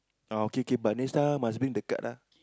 ah okay kay but next time must bring the card ah